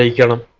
ah gala